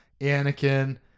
Anakin